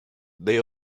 they